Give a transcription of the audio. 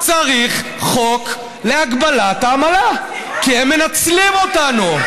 צריך חוק להגבלת העמלה, כי הם מנצלים אותנו.